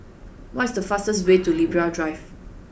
what is the fastest way to Libra Drive